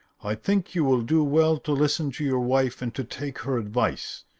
i think you will do well to listen to your wife and to take her advice.